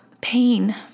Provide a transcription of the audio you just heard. pain